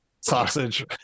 sausage